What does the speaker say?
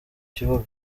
kibuga